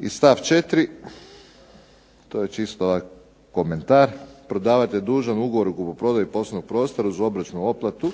I stav 4. to je čist ovak' komentar. Prodavatelj je dužan u ugovoru o kupoprodaji poslovnog prostora uz obročnu otplatu,